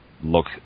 look